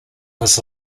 was